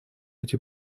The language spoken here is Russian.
эти